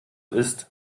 isst